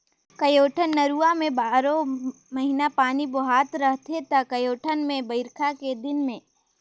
कयोठन नरूवा में बारो महिना पानी बोहात रहथे त कयोठन मे बइरखा के दिन में